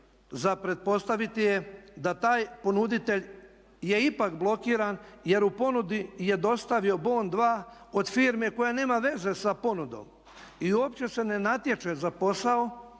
za pretpostaviti je da taj ponuditelj je ipak blokiran jer u ponudi je dostavio bon 2 od firme koja nema veze sa ponudom i uopće se ne natječe za posao,